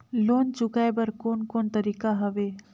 Loan चुकाए बर कोन कोन तरीका हवे?